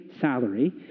salary